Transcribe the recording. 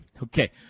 Okay